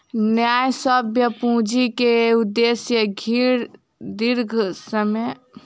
न्यायसम्य पूंजी के उदेश्य दीर्घ समय के विकासक लेल होइत अछि